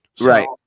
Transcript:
Right